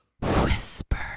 whisper